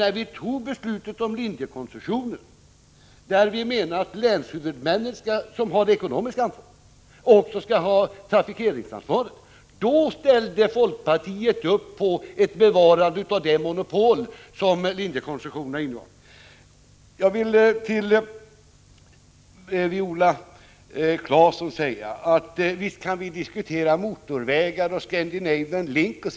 När vi fattade beslutet om linjekoncessionen, där vi menade att länshuvudmännen som har det ekonomiska ansvaret också skall ha trafikeringsansvaret, då ställde folkpartiet upp på ett bevarande av det monopol som linjekoncessionen innebar. Visst kan vi, Viola Claesson, diskutera motorvägar och Scandinavian Link.